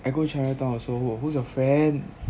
I go chinatown also who who's your friend